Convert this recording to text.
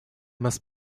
must